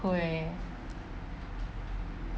!hey!